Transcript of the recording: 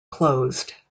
closed